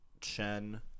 Chen